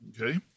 Okay